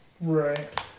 Right